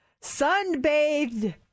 sunbathed